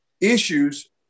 issues